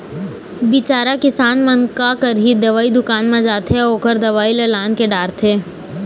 बिचारा किसान मन का करही, दवई दुकान म जाथे अउ ओखर दवई ल लानके डारथे